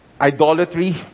idolatry